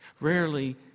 Rarely